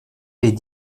est